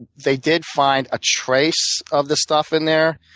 they did find a trace of the stuff in there.